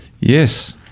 Yes